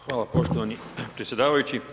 Hvala poštovani predsjedavajući.